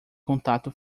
contato